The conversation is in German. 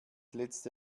letzte